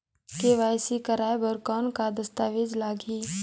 KYC कराय बर कौन का दस्तावेज लगही?